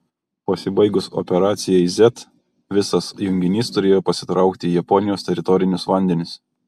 pasibaigus operacijai z visas junginys turėjo pasitraukti į japonijos teritorinius vandenis